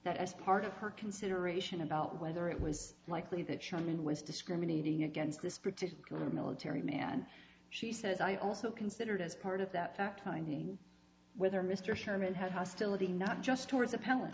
that as part of her consideration about whether it was likely that sherman was discriminating against this particular military man she says i also considered as part of that fact finding whether mr sherman had hostility not just towards